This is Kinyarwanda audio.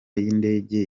y’indege